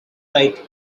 eyed